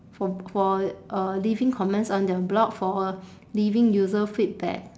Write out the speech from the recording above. for for uh leaving comments on their blog for leaving user feedback